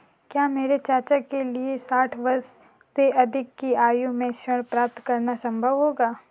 क्या मेरे चाचा के लिए साठ वर्ष से अधिक की आयु में ऋण प्राप्त करना संभव होगा?